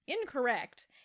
incorrect